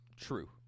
true